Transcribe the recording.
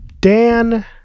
Dan